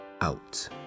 out